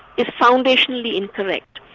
is foundationally incorrect.